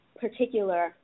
particular